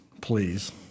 please